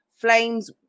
Flames